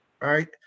right